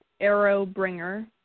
Arrowbringer